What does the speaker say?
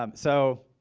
um so,